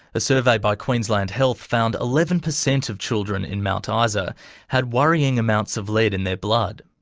a survey by queensland health found eleven percent of children in mount ah isa had worrying amounts of lead in their blood.